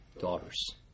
Daughters